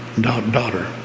daughter